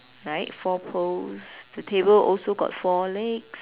right four poles the table also got four legs